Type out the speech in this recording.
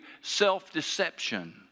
self-deception